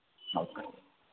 okay